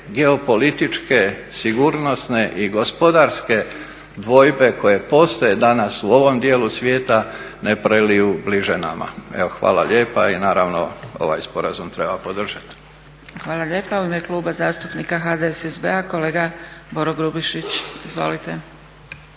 geopolitičke, sigurnosne i gospodarske dvojbe koje postoje danas u ovom dijelu svijeta ne preliju bliže nama. Evo, hvala lijepa i naravno, ovaj sporazum treba podržati. **Zgrebec, Dragica (SDP)** Hvala lijepa. U ime Kluba zastupnika HDSSB-a, kolega Boro Grubišić. Izvolite.